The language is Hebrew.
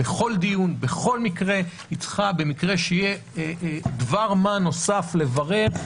בכל דיון בכל מקרה היא צריכה במקרה שיהיה דבר מה נוסף לברר,